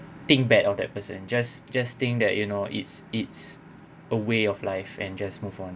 think bad of that person just just think that you know it's it's a way of life and just move on